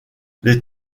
les